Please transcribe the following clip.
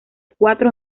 cuatro